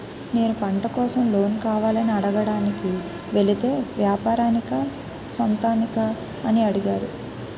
నేను పంట కోసం లోన్ కావాలని అడగడానికి వెలితే వ్యాపారానికా సొంతానికా అని అడిగారు